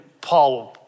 Paul